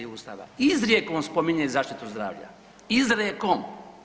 Ustava izrijekom spominje zaštitu zdravlja, izrijekom.